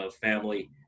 family